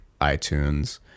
iTunes